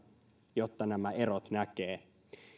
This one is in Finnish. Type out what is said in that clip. jotta nämä erot näkee